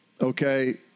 Okay